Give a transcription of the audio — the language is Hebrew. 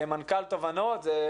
מנכ"ל תובנות,